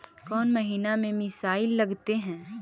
कौन महीना में मिसाइल लगते हैं?